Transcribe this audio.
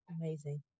amazing